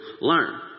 learn